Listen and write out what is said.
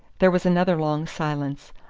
there was another long silence.